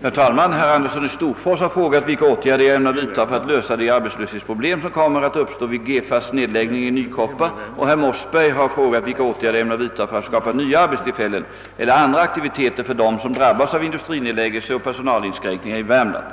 Herr talman! Herr Andersson i Storfors har frågat vilka åtgärder jag ämnar vidta för att lösa de arbetslöshetsproblem som kommer att uppstå vid Gefas nedläggning i Nykroppa, och herr Mossberg har frågat vilka åtgärder jag ämnar vidta för att skapa nya arbetstillfällen eller andra aktiviteter för dem som drabbas av industrinedläggelser och personalinskränkningar i Värmland.